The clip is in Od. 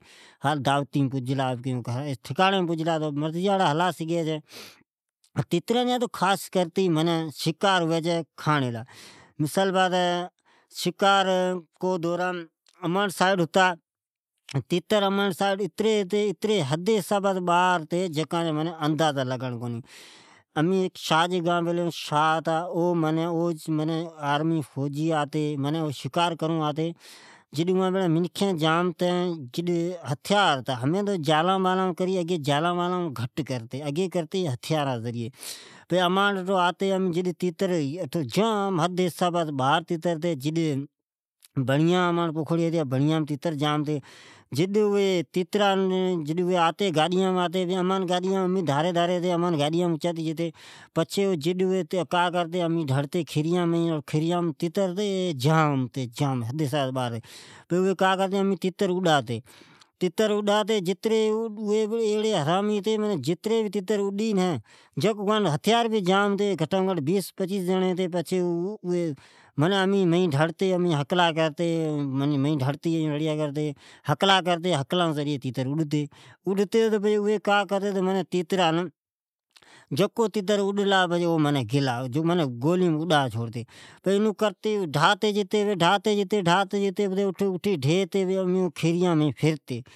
او آپکی ٹھکاڑی مین ہجلا تو اون ٹینسن کو پچھے او ھلا سگھی چھے ۔ تیتران جا خاص کرتے شکار ھوی چھے ۔ مثال جی بات ھی تو کو ٹائیمام سکار جام ھتا مین بیلی ھون شاھ جی جی پاسے او معنی اوٹھ جڈ فوجی ڈجییا آرمی ری آتے تو او ی شکار کرتے او ٹائیمان ھٹھیار ھتے ۔ او معنی جار ڈجی گھٹ ھتے ، اوی ھتھیار جی زرعی شکار کرتے ،جڈ جاتیتر ھتے جد اوی امان گاڈیام اچاتے جاتے جڈ اماٹھ نڑیا ھتیا ۔ امی کھیریام مین ڈڑتے پچھے تیتر اڈاتے جون تیتر اڈتے اوی سجان مار چھوڑتے امی کھریا مین اڈاتے تو اوی بیس ہچیس جیڑی جکو تیتر اڈالا تو ڈاتے جتے ڈاتے جتے ۔ پچھے امین اوی کھریا مین چنڈتے